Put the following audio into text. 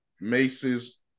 Macy's